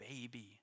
baby